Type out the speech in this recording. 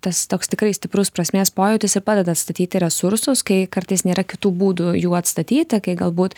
tas toks tikrai stiprus prasmės pojūtis padeda atstatyti resursus kai kartais nėra kitų būdų jų atstatyti kai galbūt